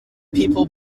person